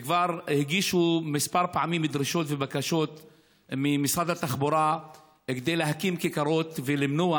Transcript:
כבר הגישו כמה פעמים דרישות ובקשות למשרד התחבורה להקים כיכרות ולמנוע